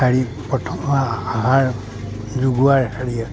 হেৰি প্ৰথম আহাৰ যোগোৱাৰ হেৰিয়ে